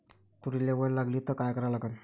तुरीले वल लागली त का करा लागन?